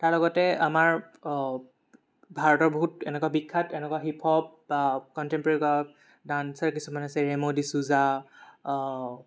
তাৰ লগতে আমাৰ ভাৰতৰ বহুত এনেকুৱা বিখ্যাত এনেকুৱা হিপ হপ বা কণ্টেম্প'ৰেৰী কৰা ডান্সৰ কিছুমান আছে ৰেম' ডিছুজা